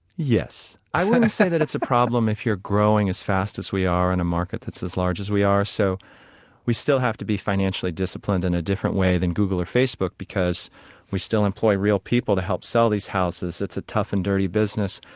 yes. i want to say that it's a problem if you're growing as fast as we are, in a market that's as large as we are. so we still have to be financially disciplined in a different way than google or facebook, because we still employ real people to help sell these houses. it's a tough and dirty business,